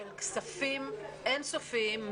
של כספים אין-סופיים,